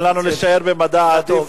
תן לנו להישאר במדע, אילטוב.